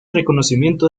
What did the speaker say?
reconocimiento